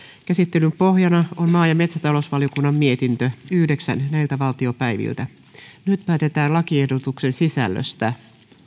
käsittelyn pohjana on maa ja metsätalousvaliokunnan mietintö yhdeksän nyt päätetään lakiehdotuksen sisällöstä